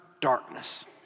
darkness